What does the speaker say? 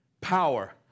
Power